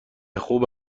خوب